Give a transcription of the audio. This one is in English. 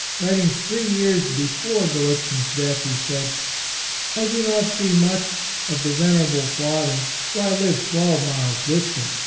writing three years before gallitzin's death, he said i do not see much of the venerable father, for i live twelve miles distant.